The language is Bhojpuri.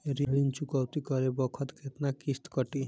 ऋण चुकौती करे बखत केतना किस्त कटी?